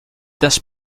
this